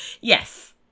yes